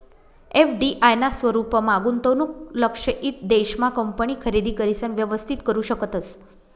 FDI ना स्वरूपमा गुंतवणूक लक्षयित देश मा कंपनी खरेदी करिसन व्यवस्थित करू शकतस